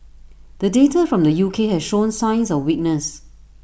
the data from the U K has shown signs of weakness